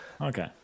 okay